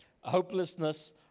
hopelessness